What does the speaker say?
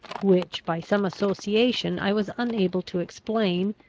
which, by some association i was unable to explain,